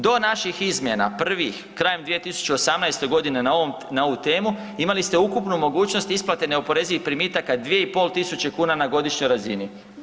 Do naših izmjena prvih krajem 2018. godine na ovu temu imali ste ukupno mogućnost isplate neoporezivih primitaka 2.500 kuna na godišnjoj razini.